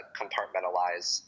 compartmentalize